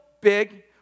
big